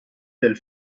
del